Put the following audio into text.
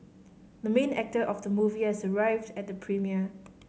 the main actor of the movie has arrived at the premiere